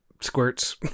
squirts